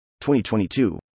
2022